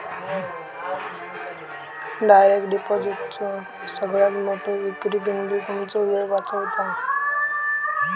direct डिपॉजिटचो सगळ्यात मोठो विक्री बिंदू तुमचो वेळ वाचवता